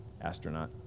Astronaut